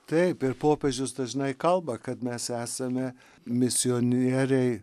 taip ir popiežius dažnai kalba kad mes esame misionieriai